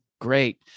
Great